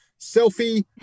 selfie